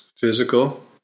physical